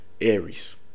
Aries